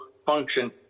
function